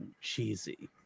cheesy